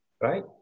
Right